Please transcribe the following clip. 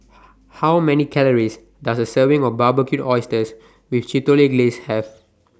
How Many Calories Does A Serving of Barbecued Oysters with Chipotle Glaze Have